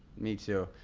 me too.